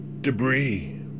debris